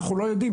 אנחנו לא יודעים.